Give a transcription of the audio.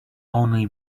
only